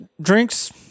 drinks